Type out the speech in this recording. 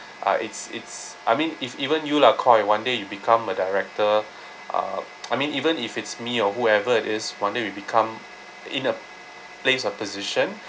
uh it's it's I mean if even you lah koi one day you become a director uh I mean even if it's me or whoever it is one day we become in a place or position